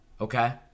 Okay